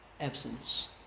absence